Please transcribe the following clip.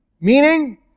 meaning